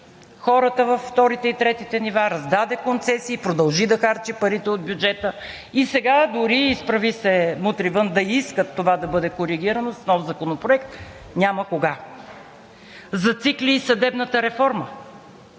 хората във вторите и третите нива, раздаде концесии, продължи да харчи парите от бюджета. И сега дори „Изправи се! Мутри вън!“ да искат това да бъде коригирано с нов законопроект, няма кога. Зацикли и съдебната реформа.